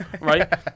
right